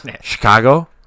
chicago